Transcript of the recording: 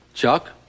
Chuck